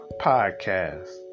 Podcast